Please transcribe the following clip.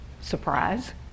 Surprise